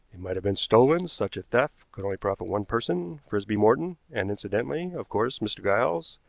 it might have been stolen. such a theft could only profit one person frisby morton, and incidentally, of course, mr. giles,